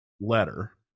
letter